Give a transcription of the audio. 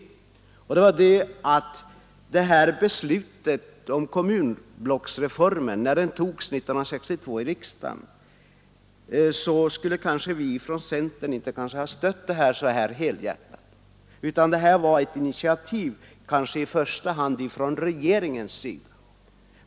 Statsrådet Holmqvist sade att när beslutet om kommunblocksreformen togs i riksdagen 1962, så stöddes inte det förslaget särskilt helhjärtat från centerns sida, utan det var i första hand ett förslag från regeringen.